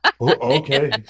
Okay